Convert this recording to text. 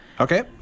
Okay